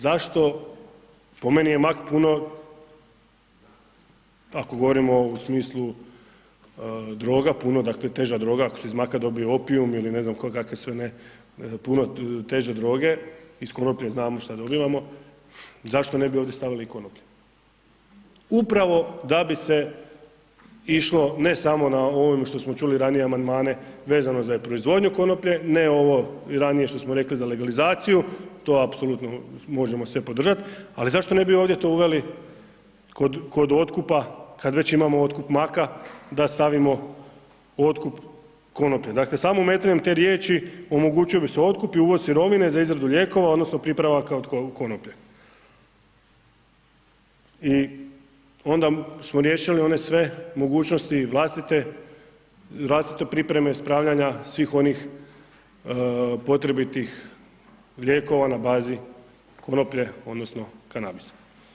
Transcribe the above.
Zašto, po meni je mak puno, ako govorimo u smislu droga, puno, dakle, teža droga, ako se iz maka dobije opium ili ne znam, kakve sve ne puno teže droge, iz konoplje znamo šta dobivamo, zašto ne bi ovdje stavili i konoplje, upravo da bi se išlo ne samo na ovim što smo čuli ranije amandmane, vezano za proizvodnju konoplje, ne ovo ranije što smo rekli za legalizaciju, to apsolutno možemo sve podržat, ali zašto ne bi ovdje to uveli kod otkupa, kad već imamo otkup maka, da stavimo otkup konoplje, dakle, samo umetanjem te riječi omogućio bi se otkup i uvoz sirovine za izradu lijekova odnosno pripravaka od konoplje i onda smo riješili one sve mogućnosti i vlastite pripreme spravljanja svih onih potrebitih lijekova na bazi konoplje odnosno kanabisa.